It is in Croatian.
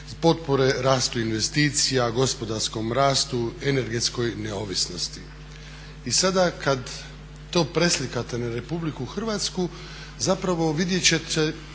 potpore rastu investicija, gospodarskom rastu, energetskoj neovisnosti. I sada kad to preslikate na RH zapravo vidjet ćete